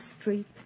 street